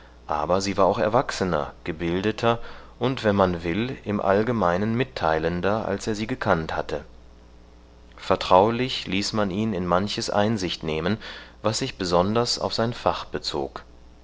aber sie war auch erwachsener gebildeter und wenn man will im allgemeinen mitteilender als er sie gekannt hatte vertraulich ließ man ihn in manches einsicht nehmen was sich besonders auf sein fach bezog